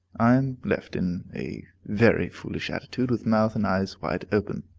i am left in a very foolish attitude, with mouth and eyes wide open.